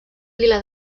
pila